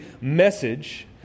message